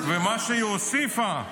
ומה שהיא הוסיפה: